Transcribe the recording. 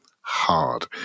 hard